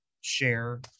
share